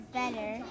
better